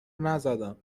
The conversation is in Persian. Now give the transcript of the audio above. نزدم